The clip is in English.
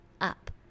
up